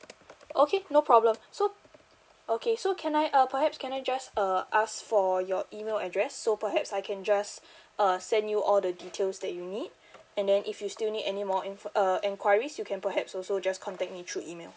okay no problem so okay so can I uh perhaps can I just uh ask for your email address so perhaps I can just uh send you all the details that you need and then if you still need anymore info~ uh enquiries you can perhaps also just contact me through email